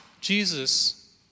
Jesus